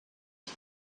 the